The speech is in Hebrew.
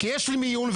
כי יש לי מיון,